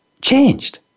changed